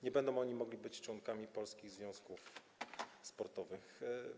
Nie będą oni mogli być członkami polskich związków sportowych.